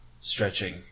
stretching